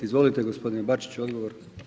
Izvolite gospodine Bačić, odgovor.